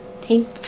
thank